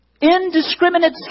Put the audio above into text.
indiscriminate